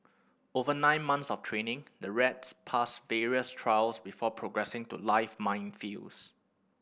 over nine months of training the rats pass various trials before progressing to live minefields